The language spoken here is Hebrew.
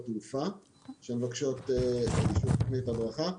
תעופה שמבקשות את האישור תכנית הדרכה.